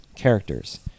characters